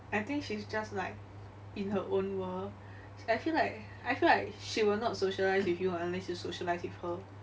I think she's just like in her own world I feel like I feel like she will not socialise with you unless you socialise with her